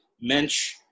mensch